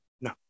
No